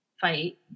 fight